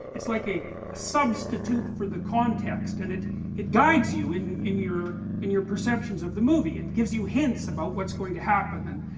it's like a substitute for the context and it it guides you in your, in your in your perceptions of the movie it gives you hints about what is going to happen and,